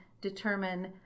determine